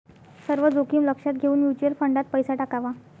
सर्व जोखीम लक्षात घेऊन म्युच्युअल फंडात पैसा टाकावा